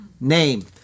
name